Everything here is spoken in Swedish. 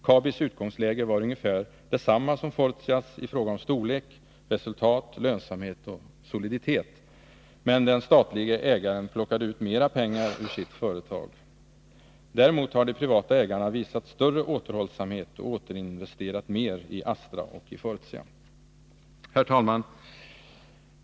Kabi:s utgångsläge var ungefär detsamma som Fortias i fråga om storlek, resultat, lönsamhet och soliditet, men den statlige ägaren plockade ut mer pengar ur sitt företag. Däremot har de privata ägarna visat större återhållsamhet och återinvesterat mer i Astra och Fortia. Herr talman!